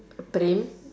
praem